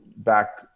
back